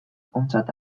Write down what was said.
ontzat